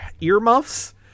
earmuffs